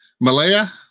Malaya